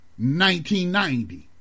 1990